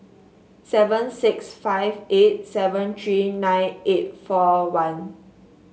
seven six five eight seven three nine eight four one